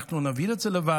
ואנחנו נעביר את זה לוועדה.